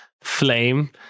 Flame